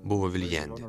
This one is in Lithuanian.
buvo viljandi